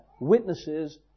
Witnesses